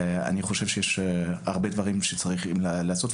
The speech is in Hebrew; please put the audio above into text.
אני חושב שיש הרבה דברים שצריכים לעשות,